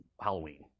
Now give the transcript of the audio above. Halloween